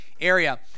area